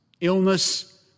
illness